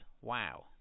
Wow